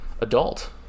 adult